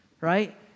right